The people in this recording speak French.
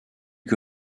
que